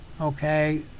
Okay